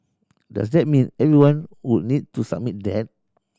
does that mean everyone would need to submit that